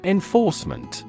enforcement